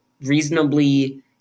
reasonably